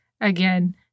again